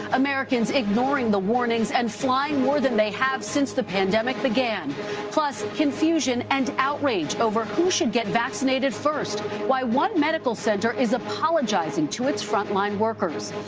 americans ignoring the warnings and flying more than they have since the pandemic began plus, confusion and outrage over who should get vaccinated first. why one medical center is apologizing to its frontline workers.